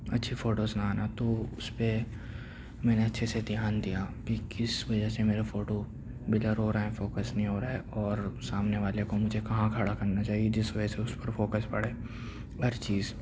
اچھی فوٹوز نہ آنا تو اُس پہ میں نے اچھے سے دھیان دیا کہ کس وجہ سے میرا فوٹو بلر ہو رہا ہے فوکس نہیں ہو رہا ہے اور سامنے والے کو مجھے کہاں کھڑا کرنا چاہیے جس وجہ سے اُس پر فوکس پڑے ہر چیز